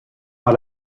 par